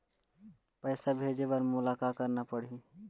पैसा भेजे बर मोला का करना पड़ही?